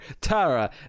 Tara